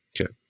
Okay